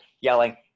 yelling